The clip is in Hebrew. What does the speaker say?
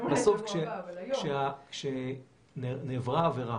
שבסוף, כשנעברה עבירה